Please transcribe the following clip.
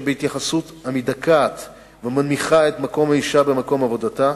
בהתייחסות המדכאת והמנמיכה את מקום האשה במקום עבודתה,